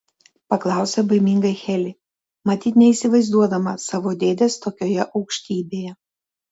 paklausė baimingai heli matyt neįsivaizduodama savo dėdės tokioje aukštybėje